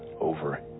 over